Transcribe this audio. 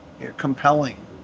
compelling